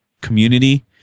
community